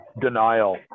denial